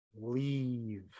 leave